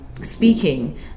speaking